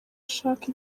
ashaka